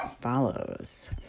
follows